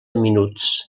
minuts